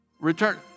Return